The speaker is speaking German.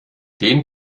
den